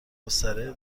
گستره